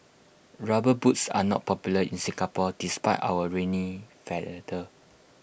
rubber boots are not popular in Singapore despite our rainy